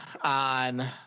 on